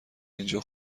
اینجا